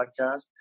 podcast